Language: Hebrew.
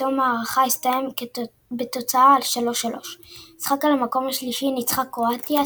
בתום הארכה הסתיים בתוצאה 3-3. במשחק על המקום השלישי ניצחה קרואטיה,